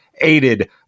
aided